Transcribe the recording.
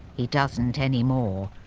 he doesn't anymore.